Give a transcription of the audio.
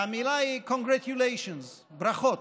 והמילה היא congratulations, ברכות.